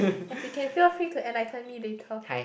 yes you can feel free to enlighten me later